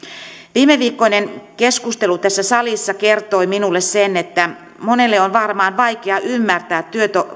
viimeviikkoinen keskustelu tässä salissa kertoi minulle sen että monelle on varmaan vaikea ymmärtää